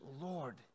Lord